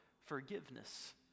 forgiveness